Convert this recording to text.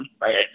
right